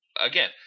again